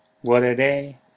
what-a-day